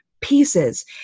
pieces